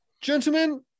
gentlemen